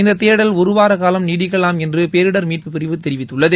இந்த தேடல் ஒரு வாரம் நீடிக்கலாம் என்று பேரிடர் மீட்புப் பிரிவு தெரிவித்திருக்கிறது